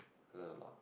learn a lot